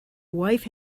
wife